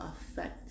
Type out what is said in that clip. affect